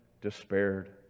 despaired